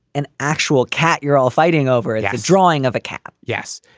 an actual cat, you're all fighting over it, a drawing of a cat yes,